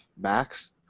Max